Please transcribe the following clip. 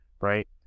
right